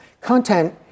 Content